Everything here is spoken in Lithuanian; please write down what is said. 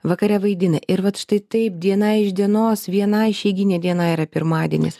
vakare vaidina ir vat štai taip diena iš dienos viena išeiginė diena yra pirmadienis